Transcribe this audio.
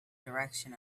direction